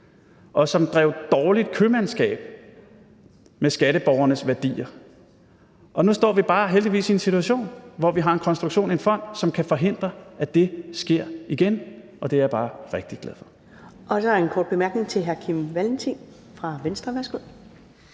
og som drev dårligt købmandskab med skatteborgernes værdier. Og nu står vi bare heldigvis i en situation, hvor vi har en konstruktion, en fond, som kan forhindre, at det sker igen, og det er jeg bare rigtig glad for. Kl. 11:39 Første næstformand (Karen Ellemann): Så er